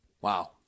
Wow